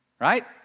right